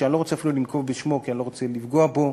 שאני לא רוצה אפילו לנקוב בשמו כי אני לא רוצה לפגוע בו,